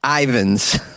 Ivans